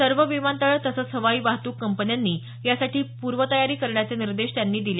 सर्व विमानतळं तसंच हवाई वाहतूक कंपन्यांनी यासाठी पूर्वतयारी करण्याचे निर्देश त्यांनी दिले